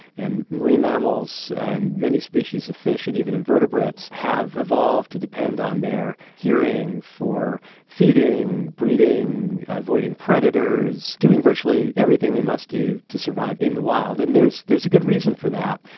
and marine mammals and many species of fish and even invertebrates have evolved to depend on their hearing for feeding, breeding, avoiding predators, doing virtually everything they must do to survive in the wild. and there's there's a good reason for that.